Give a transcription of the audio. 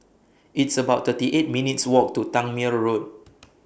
It's about thirty eight minutes' Walk to Tangmere Road